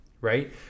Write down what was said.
right